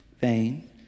vain